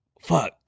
fuck